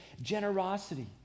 generosity